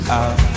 out